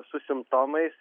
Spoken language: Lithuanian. su simptomais